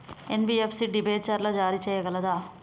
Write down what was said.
NBFC డిబెంచర్లు జారీ చేయగలదా?